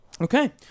Okay